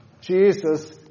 Jesus